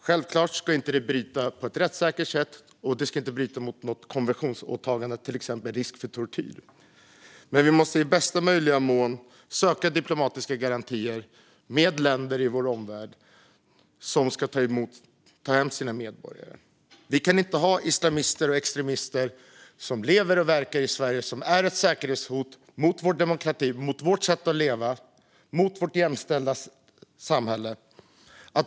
Självklart ska det inte bryta mot rättssäkerheten eller mot något konventionsåtagande, till exempel när det gäller risk för tortyr. Men vi måste i största möjliga mån söka diplomatiska garantier från länder i vår omvärld som ska ta hem sina medborgare. Vi kan inte ha islamister och extremister som lever och verkar i Sverige som är ett säkerhetshot mot vår demokrati, vårt sätt att leva, vårt jämställda samhälle.